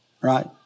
right